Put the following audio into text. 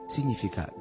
Significa